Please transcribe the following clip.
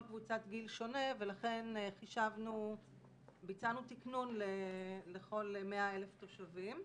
קבוצת גיל שונה ולכן ביצענו תקנון לכל 100,000 נפש.